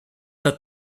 hat